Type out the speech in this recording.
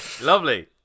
lovely